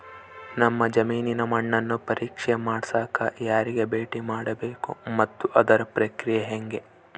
ನಮ್ಮ ಜಮೇನಿನ ಮಣ್ಣನ್ನು ಪರೇಕ್ಷೆ ಮಾಡ್ಸಕ ಯಾರಿಗೆ ಭೇಟಿ ಮಾಡಬೇಕು ಮತ್ತು ಅದರ ಪ್ರಕ್ರಿಯೆ ಹೆಂಗೆ?